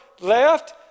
left